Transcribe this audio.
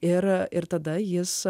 ir ir tada jis